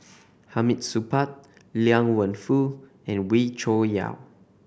Hamid Supaat Liang Wenfu and Wee Cho Yaw